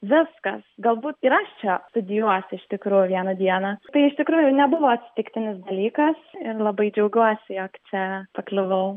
viskas galbūt ir aš čia studijuosiu iš tikrųjų vieną dieną tai iš tikrųjų nebuvo atsitiktinis dalykas ir labai džiaugiuosi jog čia pakliuvau